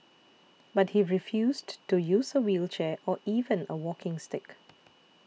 but he refused to use a wheelchair or even a walking stick